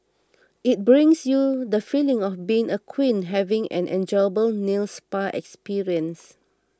it brings you the feeling of being a queen having an enjoyable nail spa experience